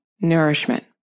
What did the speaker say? Nourishment